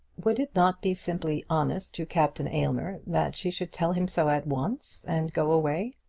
would it not be simply honest to captain aylmer that she should tell him so at once, and go away?